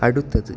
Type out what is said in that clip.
അടുത്തത്